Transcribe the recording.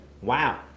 wow